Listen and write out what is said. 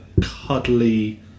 cuddly